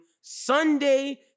Sunday